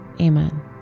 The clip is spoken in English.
Amen